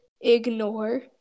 ignore